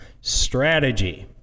strategy